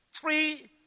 three